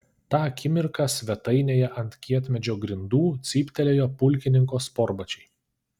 tą akimirką svetainėje ant kietmedžio grindų cyptelėjo pulkininko sportbačiai